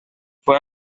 fue